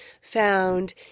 found